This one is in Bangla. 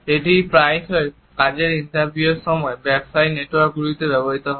এটি প্রায়শই কাজের ইন্টারভিউয়ের সময় ব্যবসায়িক নেটওয়ার্কগুলিতে ব্যবহৃত হয়